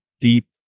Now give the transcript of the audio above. deep